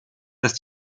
dass